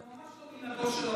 זה ממש לא מנהגו של הבית הזה,